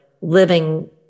living